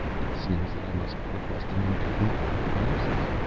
it seems that i must request an indefinite leave of absence.